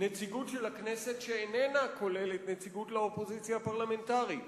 נציגות של הכנסת שאיננה כוללת נציגות לאופוזיציה הפרלמנטרית.